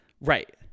Right